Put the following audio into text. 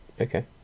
Okay